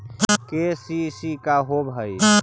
KCC का होव हइ?